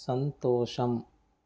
సంతోషం